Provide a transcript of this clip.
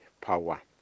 power